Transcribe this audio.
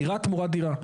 דירה תמורת דירה.